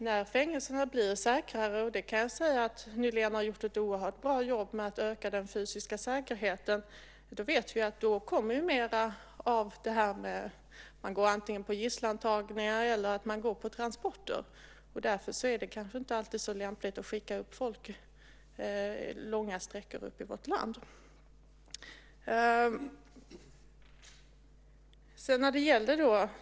När fängelserna blir säkrare - det har nyligen gjorts ett oerhört bra jobb med att öka den fysiska säkerheten - vet vi att man i stället gör gisslantagningar eller går på transporter. Därför kanske det inte alltid är så lämpligt att skicka folk långa sträckor ut i vårt land.